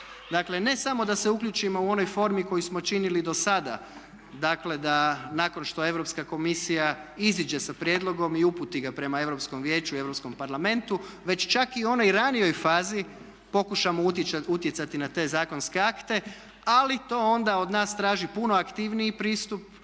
Dakle ne samo da se uključimo u onoj formi koju smo činili do sada, dakle da nakon što Europska komisija iziđe sa prijedlogom i uputi ga prema Europskom vijeću i Europskom parlamentu već čak i onoj ranijoj fazi pokušamo utjecati na te zakonske akte ali to onda od nas traži puno aktivniji pristup,